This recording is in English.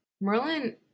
Merlin